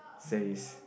says